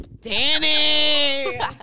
Danny